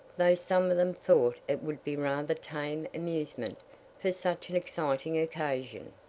though some of them thought it would be rather tame amusement for such an exciting occasion.